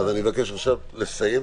(היו"ר יעקב אשר, 12:35)